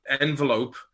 envelope